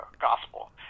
gospel